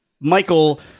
Michael